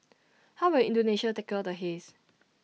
how will Indonesia tackle the haze